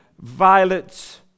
violets